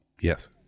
yes